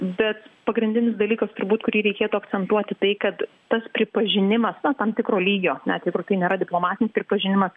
bet pagrindinis dalykas turbūt kurį reikėtų akcentuoti tai kad tas pripažinimas na tam tikro lygio net jeigu ir tai nėra diplomatinis pripažinimas